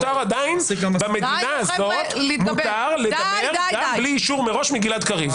מותר עדיין במדינה הזאת לדבר גם בלי אישור מראש מגלעד קריב.